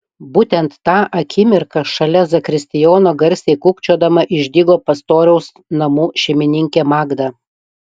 būtent tą akimirką šalia zakristijono garsiai kūkčiodama išdygo pastoriaus namų šeimininkė magda